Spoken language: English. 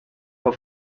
her